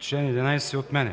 чл. 150.